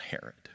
Herod